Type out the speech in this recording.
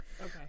Okay